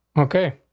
okay?